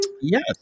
Yes